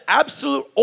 absolute